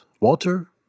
Walter